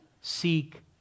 seek